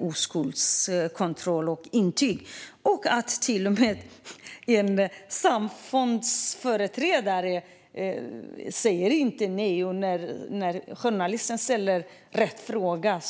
oskuldskontroll och upprättats intyg. Till och med en samfundsföreträdare svarade inte nej när en journalist ställde frågan.